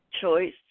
choice